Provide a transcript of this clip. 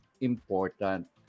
important